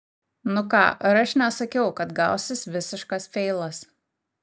nu ką ar aš nesakiau kad gausis visiškas feilas